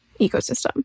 ecosystem